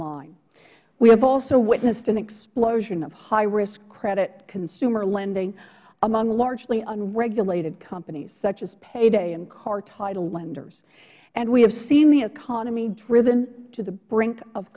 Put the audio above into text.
line we have also witnessed an explosion of highrisk credit consumer lending among largely unregulated companies such as payday and car title lenders and we have seen the economy driven to the brink of